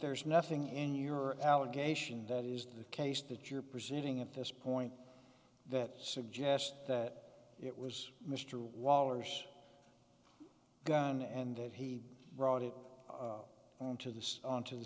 there's nothing in your allegation that is the case that you're presenting at this point that suggests that it was mr waller's gun and that he brought it into this onto the